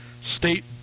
state